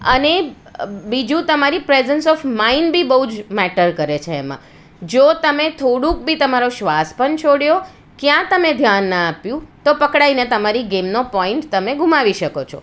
અને બીજું તમારી પ્રેઝન્સ ઓફ માઈન્ડ બી પણ બહુ જ મેટર કરે છે એમાં જો તમે થોડુંક બી તમારો શ્વાસ પણ છોડ્યો ક્યાં તમે ધ્યાન ના આપ્યું તો પકડાઈને તમારી ગેમનો પોઈન્ટ તમે ગુમાવી શકો છો